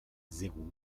zéro